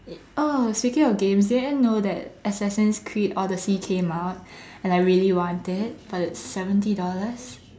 it oh speaking of games do you know that Assassin's Creed Odyssey came out and I really want it but it's seventy dollars